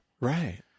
Right